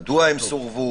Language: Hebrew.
מדוע הם סורבו?